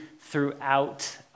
throughout